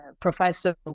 professor